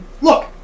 Look